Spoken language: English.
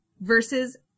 versus